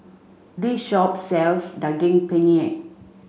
this shop sells Daging Penyet